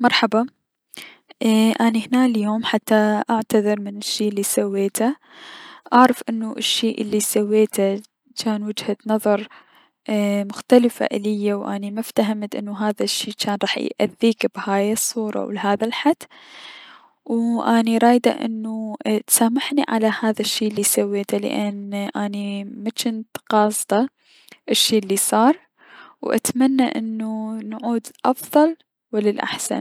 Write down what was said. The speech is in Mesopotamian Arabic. مرحبا، اني هنا اليوم حتى اعتذر من الشي الي سويته ، اعرف انو الشي الي سويته جان وجهة نضر اي مختلفة اليا و اني مفتهمت تنو هذا الشي جان حيأذيك بهذي الصورة و لهذا الحد، و اني رايدة انو تسامحني على هذا الشي الي شويته لأن اني مجنت قاصدة الشي الي صار و اتمنى انو نعود للأفضل و الأحسن.